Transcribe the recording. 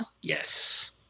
Yes